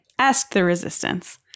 AskTheResistance